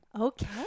okay